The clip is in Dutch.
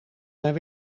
mijn